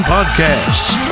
Podcasts